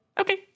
Okay